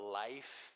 life